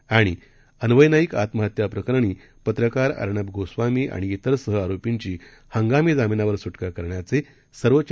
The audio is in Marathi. आणि अन्वय नाईक आत्महत्या प्रकरणी पत्रकार अर्णब गोस्वामी आणि इतर सहआरोपींची हंगामी जामीनावर सुटका करण्याचे सर्वोच्च